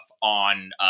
on –